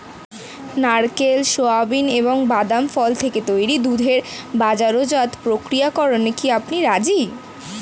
নারকেল, সোয়াবিন এবং বাদাম ফল থেকে তৈরি দুধের বাজারজাত প্রক্রিয়াকরণে কি আপনি রাজি?